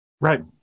right